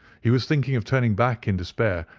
he was thinking of turning back in despair,